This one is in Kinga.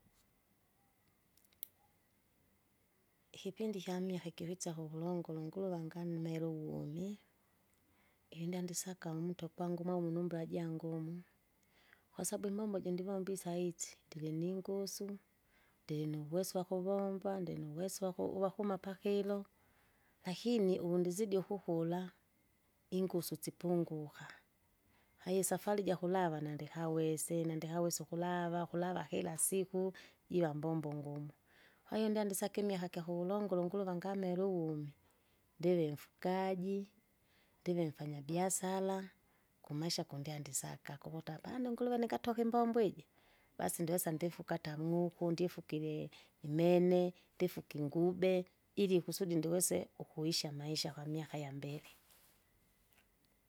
ikipindi ikyamiaka ikiwitsa kuvulongolo nguruva nganu mele uvumi, iwinda ndisaka umuto pangu mamunumbula jangu umu, kwasabu imbombo jo ndivomba isaitsi, ndiliningusu, ndilinuweso wakuvomba, ndinuweso waku- wakuma pakilo, lakini uvundizidi ukukula, ingusu sipunguka. Kwahiyo isafari jakulava nandikawese nandikawesa ukulava, ukulava kilasiku, jiva mbombo ngumu, kwahiho ndyandisake imiaka kyakulonda kyakuvulongulo unguruva ngamele uvumi. ndivi mfugaji, ndive mfanya biasara, kumaisha kundyandisaka, kuvuta apane nguruve ningatoka imbombo iji, basi ndiosa ndifuka ata mng'uku ndifukire imene, ndifuki ingube, ili kusudi ndiiwese, ukuishi amaisha kwa miaka yambele.